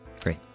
Great